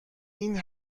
این